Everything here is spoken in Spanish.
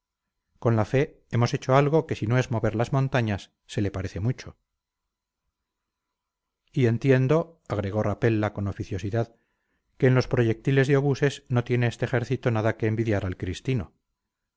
con la fe hemos hecho algo que si no es mover las montañas se le parece mucho y entiendo agregó rapella con oficiosidad que en los proyectiles de obuses no tiene este ejército nada que envidiar al cristino